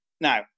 Now